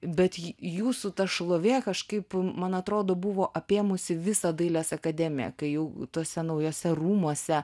bet ji jūsų ta šlovė kažkaip man atrodo buvo apėmusi visą dailės akademiją kai jau tuose naujuose rūmuose